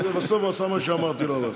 בסוף הוא עשה מה שאמרתי לו עליו.